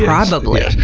probably. yes,